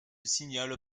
signale